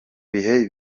bihe